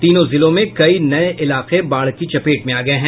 तीनों जिलों में कई नये इलाके बाढ़ की चपेट में आ गये हैं